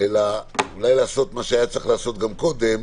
אלא אולי לעשות מה שהיה צריך לעשות גם קודם: